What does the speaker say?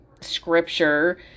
scripture